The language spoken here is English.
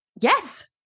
yes